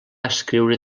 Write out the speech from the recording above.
escriure